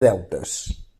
deutes